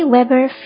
Weber